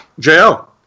JL